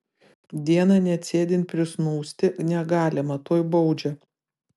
dieną net sėdint prisnūsti negalima tuoj baudžia